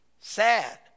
sad